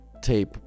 tape